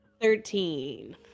Thirteen